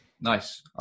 Nice